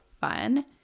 fun